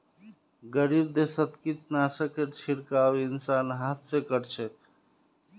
गरीब देशत कीटनाशकेर छिड़काव इंसान हाथ स कर छेक